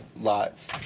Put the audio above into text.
lots